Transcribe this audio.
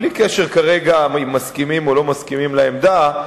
בלי קשר כרגע לשאלה אם מסכימים או לא מסכימים לעמדה,